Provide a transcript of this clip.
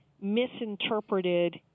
misinterpreted